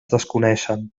desconeixen